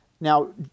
Now